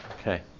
Okay